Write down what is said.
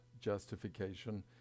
justification